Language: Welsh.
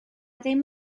ddim